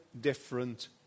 different